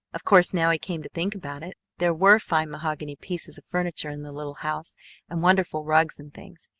of course, now he came to think about it, there were fine mahogany pieces of furniture in the little house and wonderful rugs and things,